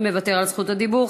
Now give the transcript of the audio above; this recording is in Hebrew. מוותר על זכות הדיבור,